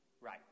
Right